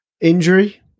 injury